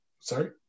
sorry